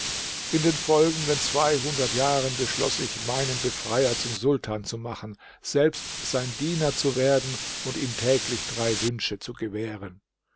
in den folgenden jahren beschloß ich meinen befreier zum sultan zu machen selbst sein diener zu werden und ihm täglich drei wünsche zu gewähren